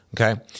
Okay